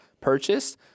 purchased